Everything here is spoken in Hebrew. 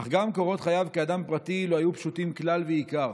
אך גם קורות חייו כאדם פרטי לא היו פשוטים כלל ועיקר.